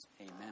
Amen